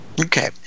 Okay